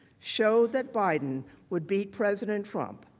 show that biden would beat president trump.